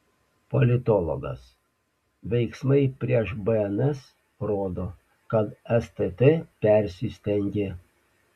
politologas veiksmai prieš bns rodo kad stt persistengė